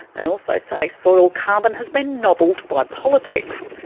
they also say soil carbon has been knobbled by politics,